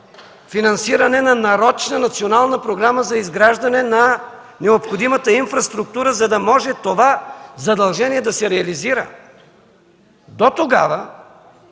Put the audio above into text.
финансиране на нарочна национална програма за изграждане на необходимата инфраструктура, за да може това задължение да се реализира. Дотогава